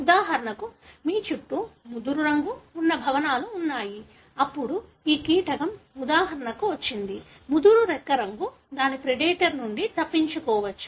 ఉదాహరణకు మీ చుట్టూ ముదురు రంగు ఉన్న భవనాలు ఉన్నాయి అప్పుడు ఈ కీటకం ఉదాహరణకు వచ్చింది ముదురు రెక్క రంగు దాని ప్రెడేటర్ నుండి తప్పించుకోవచ్చు